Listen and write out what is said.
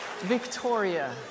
Victoria